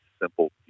simple